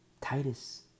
Titus